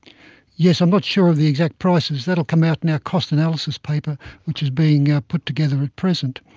yes, i'm not sure of the exact prices, that will come out in our cost analysis paper which is being ah put together at present.